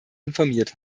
informiert